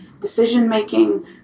decision-making